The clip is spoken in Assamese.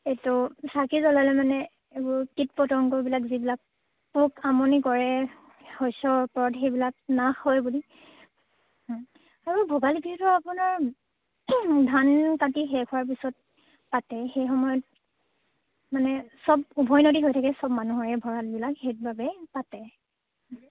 এইটো চাকি জ্বলালে মানে এইবোৰ কীট পতংগবিলাক যিবিলাক পোক আমনি কৰে শস্যৰ ওপৰত সেইবিলাক নাশ হয় বুলি আৰু ভোগালী বিহুটো আপোনাৰ ধান কাটি শেষ হোৱাৰ পিছত পাতে সেই সময়ত মানে চব উভনদী হৈ থাকে চব মানুহৰে ভঁৰালবিলাক সেইবাবে পাতে